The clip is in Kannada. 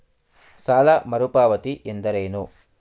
ಸಾಲ ಮರುಪಾವತಿ ಎಂದರೇನು?